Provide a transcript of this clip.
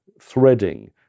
threading